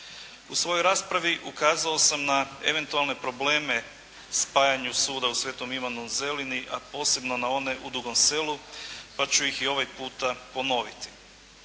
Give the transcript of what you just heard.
U svojoj raspravi ukazao sam na eventualne probleme spajanju suda u Svetom Ivanu Zelini, a posebno na one u Dugom Selu, pa ću ih i ovaj puta ponoviti.